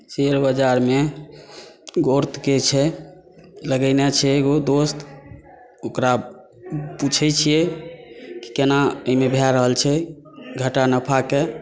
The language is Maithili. शेयर बाजारमे ग्रोथ ठीके छै लगेने छै एगो दोस्त ओकरा पुछै छियै कि केना एहिमे भए रहल छै घाटा नाफाके